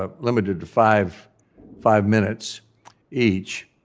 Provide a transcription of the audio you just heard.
ah limited to five five minutes each.